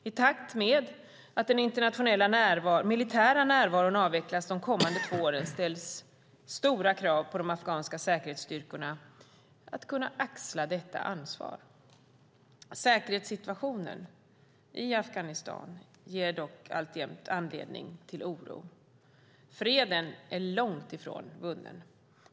I takt med att den internationella militära närvaron avvecklas de kommande två åren ställs stora krav på de afghanska säkerhetsstyrkorna att axla detta ansvar. Säkerhetssituationen i Afghanistan ger dock alltjämt anledning till oro. Freden är långt ifrån vunnen.